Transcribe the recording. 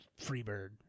Freebird